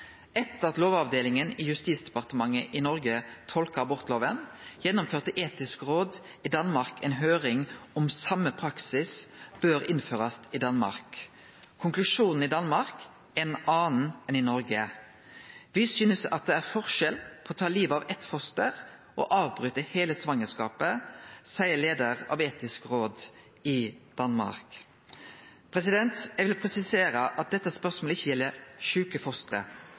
Etter at Lovavdelinga i Justisdepartementet i Noreg tolka abortlova, gjennomførte Etisk råd i Danmark ei høyring om same praksis bør innførast i Danmark. Konklusjonen i Danmark er ein annan enn i Noreg. «Vi synes at det er forskjell på å ta livet av ett foster og avbryte hele svangerskapet.» Det sa leiaren av Etisk råd i Danmark. Eg vil presisere at dette spørsmålet ikkje gjeld sjuke foster.